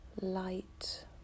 light